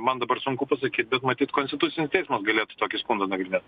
man dabar sunku pasakyt bet matyt konstitucinis teismas galėtų tokį skundą nagrinėt